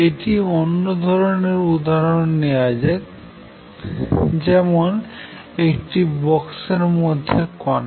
একটি অন্য ধরনের উদাহরন নেওয়া যাক যেমন একটি বক্স এর মধ্যে কনা